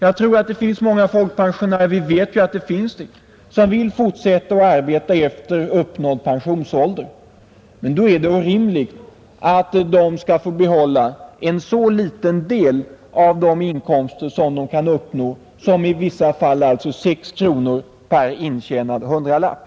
Vi vet att det finns många folkpensionärer som vill fortsätta att arbeta efter uppnådd pensionsålder, Men då är det orimligt att de skall få behålla en så liten del av de inkomster som de kan uppnå — i vissa fall alltså 6 kronor per intjänad Nr 79